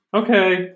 okay